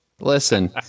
Listen